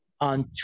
on